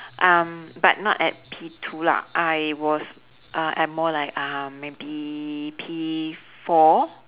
um but not at P two lah I was uh at more like um maybe P four